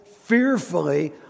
fearfully